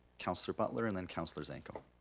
councilor butler and then councilor zanko.